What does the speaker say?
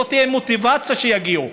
שלא תהיה מוטיבציה שיגיעו.